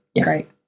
Great